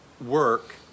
work